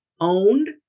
Owned